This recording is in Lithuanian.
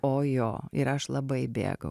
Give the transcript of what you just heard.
o jo ir aš labai bėgau